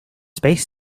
space